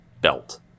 belt